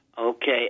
Okay